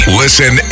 listen